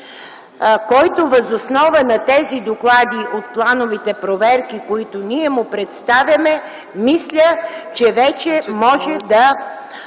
която въз основа на тези доклади от плановите проверки, които ние му представяме, мисля, че вече може да